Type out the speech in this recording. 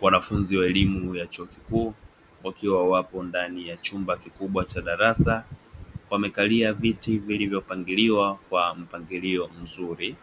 Wanafunzi wa elimu ya chuo kikuu, wakiwa wapo ndani ya chumba kikubwa cha darasa, wamekalia viti vilivyopangiliwa kwa mpangilio mzuri,